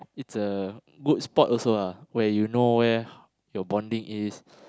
it's a good spot also ah where you know where your bonding is